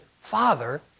Father